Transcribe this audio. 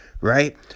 right